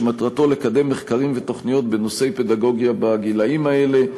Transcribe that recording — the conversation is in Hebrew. שמטרתו לקדם מחקרים ותוכניות בנושאי פדגוגיה בגילים האלה.